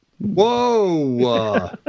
Whoa